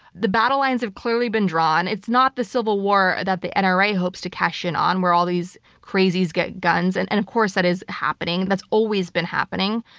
the battle lines have clearly been drawn. it's not the civil war that the and nra hopes to cash in on, where all these crazies get guns and and of course that is happening, that's always been happening.